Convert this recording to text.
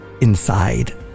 inside